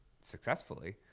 successfully